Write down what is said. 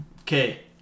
Okay